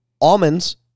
Almonds